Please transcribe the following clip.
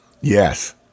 Yes